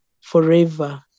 forever